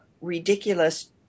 ridiculous